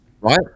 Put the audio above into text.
right